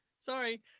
Sorry